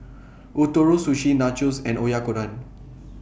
Ootoro Sushi Nachos and Oyakodon